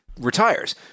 retires